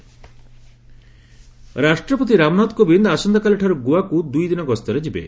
ପ୍ରେଜ୍ ଗୋଆ ରାଷ୍ଟ୍ରପତି ରାମନାଥ କୋବିନ୍ଦ ଆସନ୍ତାକାଲିଠାରୁ ଗୋଆକୁ ଦୁଇ ଦିନ ଗସ୍ତରେ ଯିବେ